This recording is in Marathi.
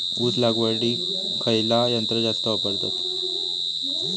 ऊस लावडीक खयचा यंत्र जास्त वापरतत?